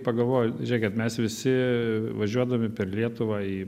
pagalvoju kad mes visi važiuodami per lietuvą į